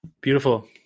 Beautiful